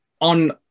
on